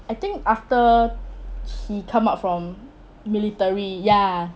I think after he come out from military ya